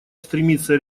стремится